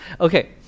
Okay